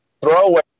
throwaway